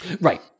Right